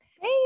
Hey